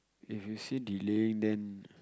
if you say delaying then